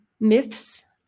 myths